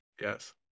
Yes